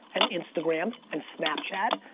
and instagram, and snapchat,